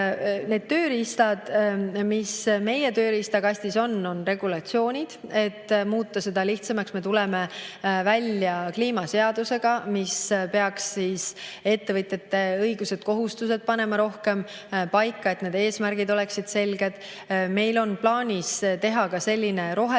Need tööriistad, mis meie tööriistakastis on, on regulatsioonid, et muuta seda kõike lihtsamaks. Me tuleme välja kliimaseadusega, mis peaks ettevõtjate õigused ja kohustused panema rohkem paika, et nende eesmärgid oleksid selged. Meil on plaanis teha ka selline rohetrepi